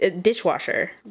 Dishwasher